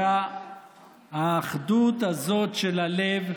ואת האחדות הזאת של הלב,